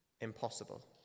Impossible